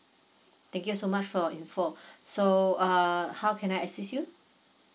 thank you so much for your info so err how can I assist you